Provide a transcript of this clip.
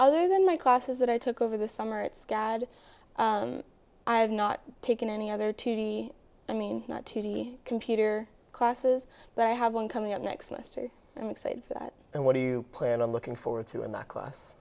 other than my classes that i took over the summer at scad i have not taken any other t v i mean not to be computer classes but i have one coming up next semester i'm excited for that and what do you plan on looking forward to in that class